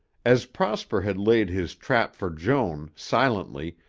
as prosper had laid his trap for joan, silently,